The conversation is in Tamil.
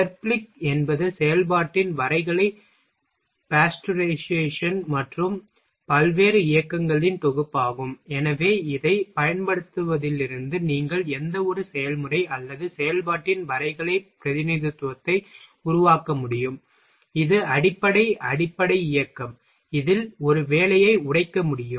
தெர்ப்லிக் என்பது செயல்பாட்டின் வரைகலை பேஸ்டுரைசேஷன் மற்றும் பல்வேறு இயக்கங்களின் தொகுப்பாகும் எனவே இதைப் பயன்படுத்துவதிலிருந்து நீங்கள் எந்தவொரு செயல்முறை அல்லது செயல்பாட்டின் வரைகலைப் பிரதிநிதித்துவத்தை உருவாக்க முடியும் இது அடிப்படை அடிப்படை இயக்கம் அதில் ஒரு வேலையை உடைக்க முடியும்